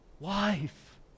Life